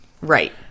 Right